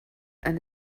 and